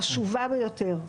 משימה חשובה ביותר.